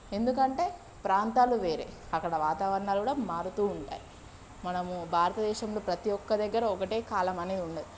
ఎందుకంటే ప్రాంతాలు వేరే అక్కడ వాతావరణాలు కూడా మారుతూ ఉంటాయి మనము భారతదేశంలో ప్రతీ ఒక్క దగ్గర ఒకటే కాలం అనేది ఉండదు